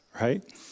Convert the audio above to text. right